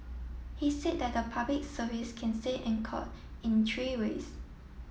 he said that the Public Service can stay anchored in three ways